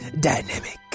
dynamic